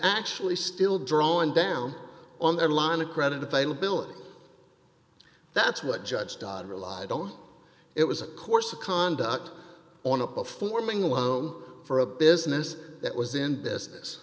actually still drawing down on their line of credit availability that's what judge dodd relied on it was a course of conduct on a performing loan for a business that was in business